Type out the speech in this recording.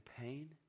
pain